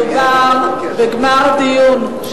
מדובר בגמר דיון,